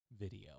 video